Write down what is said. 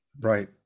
Right